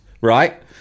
Right